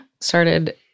started